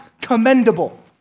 commendable